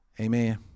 Amen